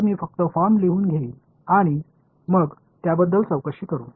எனவே நான் மாதிரியை எழுதுவேன் பின்னர் அதை விசாரிப்போம்